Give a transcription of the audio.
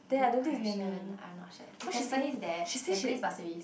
good question I'm not sure it's the Tampines there Tampines Pasir-Ris